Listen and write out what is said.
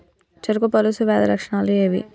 చెరుకు పొలుసు వ్యాధి లక్షణాలు ఏవి?